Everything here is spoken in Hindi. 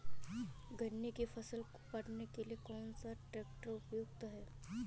गन्ने की फसल को काटने के लिए कौन सा ट्रैक्टर उपयुक्त है?